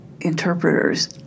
interpreters